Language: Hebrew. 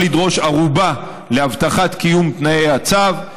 ערובה להבטחת קיום תנאי הצו.